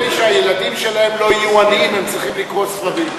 כדי שהילדים שלהם לא יהיו עניים הם צריכים לקרוא ספרים.